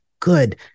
good